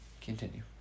continue